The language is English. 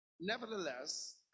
Nevertheless